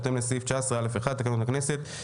בהתאם לסעיף 19(א)(1) לתקנון הכנסת.